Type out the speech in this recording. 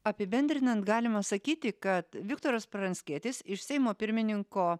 apibendrinant galima sakyti kad viktoras pranckietis iš seimo pirmininko